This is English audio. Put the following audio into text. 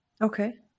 Okay